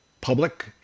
public